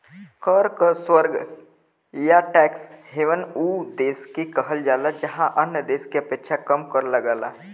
कर क स्वर्ग या टैक्स हेवन उ देश के कहल जाला जहाँ अन्य देश क अपेक्षा कम कर लगला